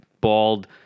bald